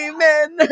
Amen